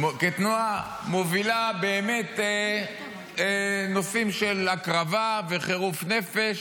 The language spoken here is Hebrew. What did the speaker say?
-- כתנועה, מובילה נושאים של הקרבה וחירוף נפש.